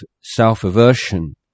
self-aversion